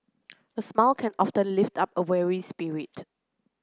a smile can often lift up a weary spirit